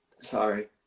Sorry